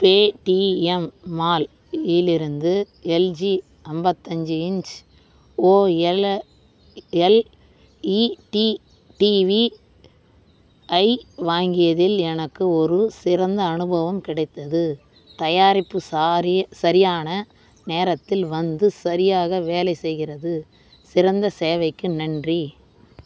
Paytm mall இலிருந்து LG ஐம்பத்தஞ்சி inch OLED TV ஐ வாங்கியதில் எனக்கு ஒரு சிறந்த அனுபவம் கிடைத்தது தயாரிப்பு சாரி சரியான நேரத்தில் வந்து சரியாக வேலை செய்கிறது சிறந்த சேவைக்கு நன்றி